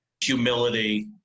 humility